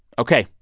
ok.